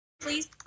Please